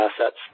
assets